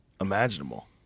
imaginable